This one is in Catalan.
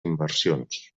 inversions